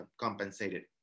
compensated